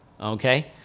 okay